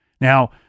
Now